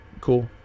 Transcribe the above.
Cool